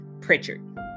Pritchard